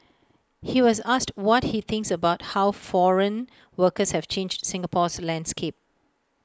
he was asked what he thinks about how foreign workers have changed Singapore's landscape